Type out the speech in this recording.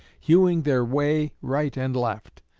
hewing their way right and left.